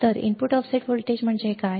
तर input offset voltage म्हणजे काय